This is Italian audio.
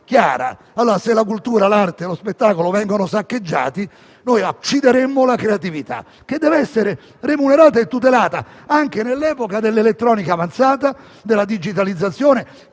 chiara. Se la cultura, l'arte e lo spettacolo vengono saccheggiati, noi uccidiamo la creatività, che deve essere remunerata e tutelata anche nell'epoca dell'elettronica avanzata e della digitalizzazione, che